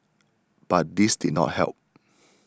but this did not help